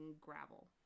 gravel